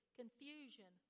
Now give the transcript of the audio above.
confusion